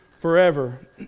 forever